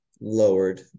lowered